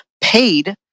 paid